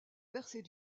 percées